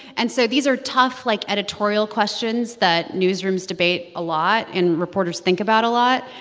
and so these are tough, like, editorial questions that newsrooms debate a lot and reporters think about a lot.